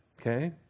Okay